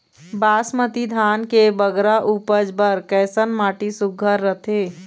बासमती धान के बगरा उपज बर कैसन माटी सुघ्घर रथे?